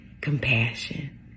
compassion